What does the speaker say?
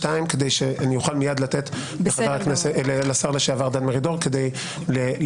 שתיים כדי שאני אוכל מיד לתת לשר לשעבר דן מרידור כדי להתייחס.